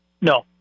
No